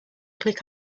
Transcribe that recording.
click